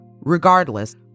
Regardless